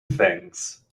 things